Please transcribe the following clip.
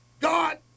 God